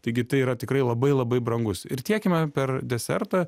taigi tai yra tikrai labai labai brangus ir tiekime per desertą